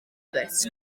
roberts